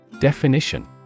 Definition